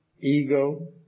ego